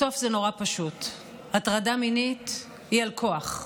בסוף זה מאוד פשוט: הטרדה מינית היא על כוח,